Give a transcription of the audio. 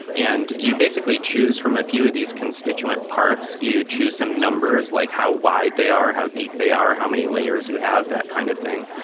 and you basically choose from a few of these constituents parts. you choose some numbers, like how wide they are, how deep they are, how many layers you have, that kind of thing.